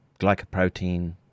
glycoprotein